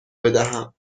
بدهم